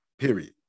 Period